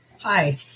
Hi